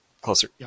closer